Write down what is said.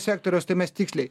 sektoriaus tai mes tiksliai